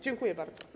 Dziękuję bardzo.